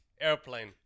airplane